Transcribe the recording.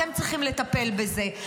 אתם צריכים לטפל בזה,